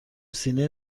سینه